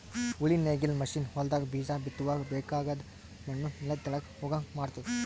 ಉಳಿ ನೇಗಿಲ್ ಮಷೀನ್ ಹೊಲದಾಗ ಬೀಜ ಬಿತ್ತುವಾಗ ಬೇಕಾಗದ್ ಮಣ್ಣು ನೆಲದ ತೆಳಗ್ ಹೋಗಂಗ್ ಮಾಡ್ತುದ